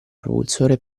propulsore